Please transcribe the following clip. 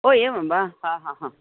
ओ एवं वा हा हा हा